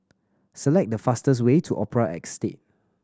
select the fastest way to Opera Estate